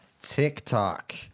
TikTok